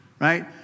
right